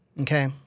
okay